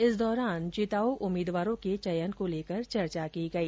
इस दौरान जिताउ उम्मीदवारों के चयन को लेकर चर्चा की गई